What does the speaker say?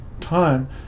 time